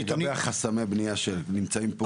ולגבי חסמי הבניה שנמצאים פה?